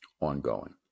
ongoing